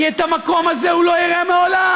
כי את המקום הזה הוא לא ראה מעולם,